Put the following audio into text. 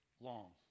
long